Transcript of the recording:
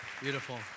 Beautiful